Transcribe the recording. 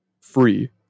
free